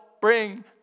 bring